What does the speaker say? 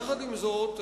יחד עם זאת,